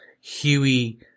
Huey